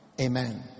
Amen